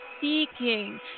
seeking